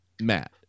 Matt